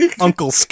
Uncle